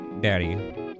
Daddy